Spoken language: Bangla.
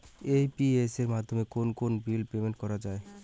এ.ই.পি.এস মাধ্যমে কোন কোন বিল পেমেন্ট করা যায়?